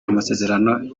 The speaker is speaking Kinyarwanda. amasezerano